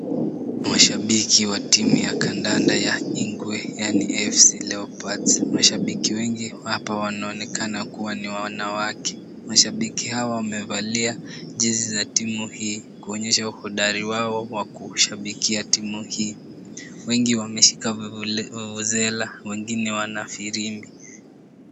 Mashabiki wa timu ya kandanda ya Ingwe , yaani AFC Leopards. Mashabiki wengi hapa, wanaonekana kuwa ni wanawake. Mashabiki hao wamevalia jezi za timu hii kuonyesha uhodari wao wa kushabikia timu hii. Wengi wameshika vuvuzela , wengine wana firimbi.